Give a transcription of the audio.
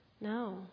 No